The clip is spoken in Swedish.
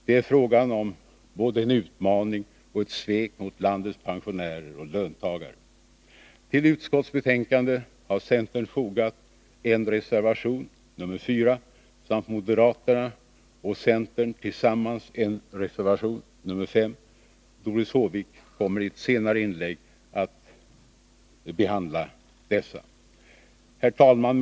Det är frågan om både en utmaning och ett svek mot landets pensionärer och löntagare. Till utskottsbetänkandet har centern fogat en reservation, nr 4, samt moderaterna och centern tillsammans en reservation, nr 5. Doris Håvik kommer i ett senare inlägg att behandla dessa. Herr talman!